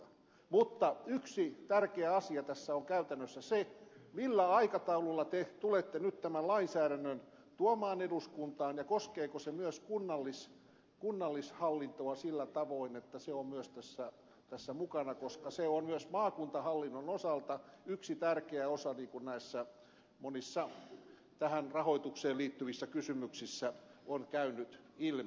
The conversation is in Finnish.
mutta yksi tärkeä asia tässä on käytännössä se millä aikataululla te tulette nyt tämän lainsäädännön tuomaan eduskuntaan ja koskeeko se myös kunnallishallintoa sillä tavoin että se on myös tässä mukana koska se on myös maakuntahallinnon osalta yksi tärkeä osa niin kuin näissä monissa tähän rahoitukseen liittyvissä kysymyksissä on käynyt ilmi